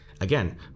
again